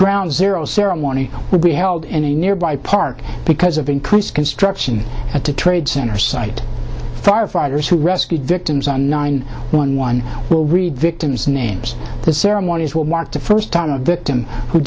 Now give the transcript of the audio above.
ground zero ceremony will be held in a nearby park because of increased construction at the trade center site firefighters who rescued victims are nine one one will read victims names the ceremonies will mark the first time